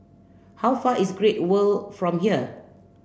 how far is Great World from here